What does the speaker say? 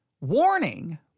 warning